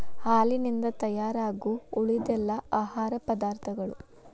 ಹಾಲಿನಿಂದ ತಯಾರಾಗು ಉಳಿದೆಲ್ಲಾ ಆಹಾರ ಪದಾರ್ಥಗಳ